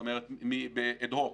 זאת אומרת אד הוק,